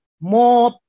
more